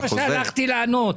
זה מה שהלכתי לענות.